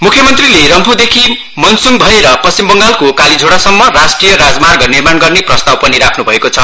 म्ख्य मन्त्रीले रम्फूदेखि मनस्ङ भएर पश्चिम बंगालको काली झोडासम्म राष्ट्रिय राज मार्ग निर्माण गर्ने प्रस्ताव पनि राख्न् भएको छ